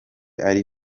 ari